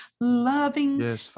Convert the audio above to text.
loving